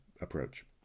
approach